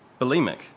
bulimic